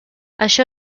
això